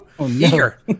Eager